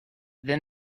then